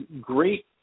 great